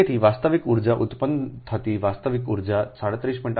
તેથી વાસ્તવિક ઉર્જા ઉત્પન્ન થતી વાસ્તવિક ઉર્જા 37